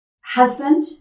Husband